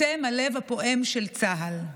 אתם הלב הפועם של צה"ל.